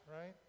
right